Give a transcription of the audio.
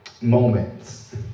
moments